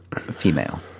female